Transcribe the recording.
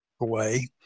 away